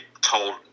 told